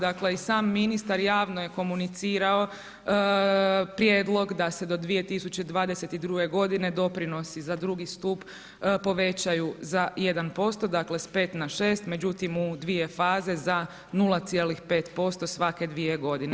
Dakle i sam ministar javno je komunicirao prijedlog da se do 2022. godine doprinosi za drugi stup povećaju za 1%, dakle s 5 na 6, međutim u dvije faze za 0,5% svake dvije godine.